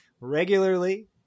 regularly